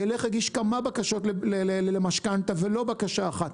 ילך, יגיש כמה בקשות למשכנתה ולא בקשה אחת.